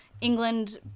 England